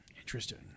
Interesting